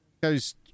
Goes